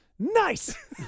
Nice